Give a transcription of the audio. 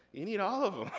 you need all of them.